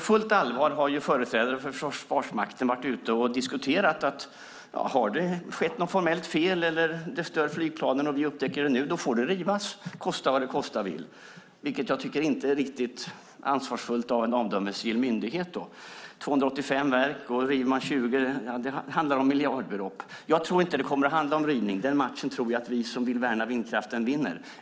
Företrädare för Försvarsmakten har på fullt allvar sagt att om det har skett ett formellt fel som gör att flygplanen störs får det rivas - kosta vad det kosta vill. Det tycker jag inte är riktigt ansvarsfullt av en omdömesgill myndighet. Det är fråga om 285 verk. River man 20 handlar det om miljardbelopp. Jag tror inte att det kommer att handla om rivning. Den matchen tror jag att vi som vill värna vindkraften vinner.